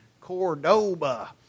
Cordoba